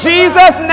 Jesus